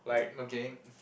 okay